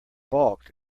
balked